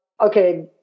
okay